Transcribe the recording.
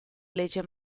legge